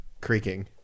creaking